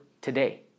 today